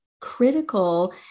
critical